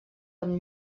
amb